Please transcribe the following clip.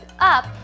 up